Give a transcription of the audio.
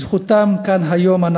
בזכותם אנחנו כאן היום.